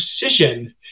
precision